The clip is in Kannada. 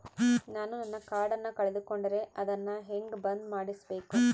ನಾನು ನನ್ನ ಕಾರ್ಡನ್ನ ಕಳೆದುಕೊಂಡರೆ ಅದನ್ನ ಹೆಂಗ ಬಂದ್ ಮಾಡಿಸಬೇಕು?